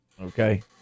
Okay